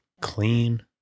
clean